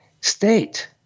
state